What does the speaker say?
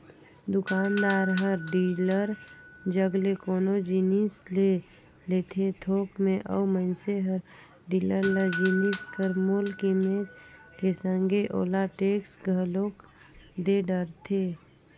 दुकानदार हर डीलर जग ले कोनो जिनिस ले लेथे थोक में अउ मइनसे हर डीलर ल जिनिस कर मूल कीमेत के संघे ओला टेक्स घलोक दे डरथे